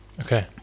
okay